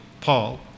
Paul